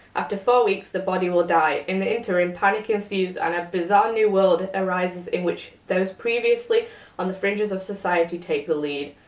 after four weeks, the body will die. in the interim, panic ensues and a bizarre new world arises in which those previously on the fringes of society take the lead.